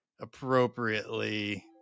appropriately